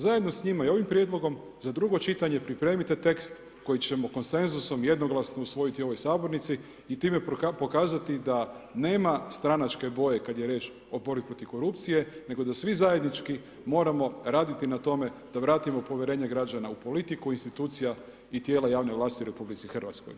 Zajedno s njima i ovim prijedlogom za drugo čitanje, pripremite tekst, koji ćemo konsenzusom, jednoglasno usvojiti u ovoj sabornici i time pokazati da nema stranačke boje kada je riječ o borbi protiv korupcije, nego da svi zajednički moramo raditi na tome, da vratimo povjerenje građana u politiku, institucija i tijela javne vlasti u RH.